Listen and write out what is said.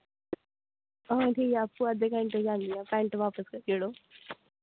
हां ठीक ऐ आपूं अद्धे घैंटे च आन्नी आं पैंट बापस करी ओड़ो